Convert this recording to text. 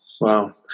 Wow